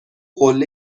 قله